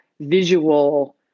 visual